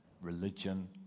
religion